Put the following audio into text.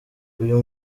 uyu